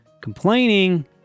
complaining